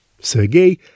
Sergei